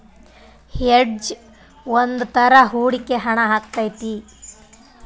hedge ಒಂದ್ ತರ ಹೂಡಿಕೆ ಹಣ ಆಗೈತಿ